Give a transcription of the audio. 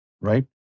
right